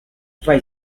fai